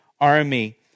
army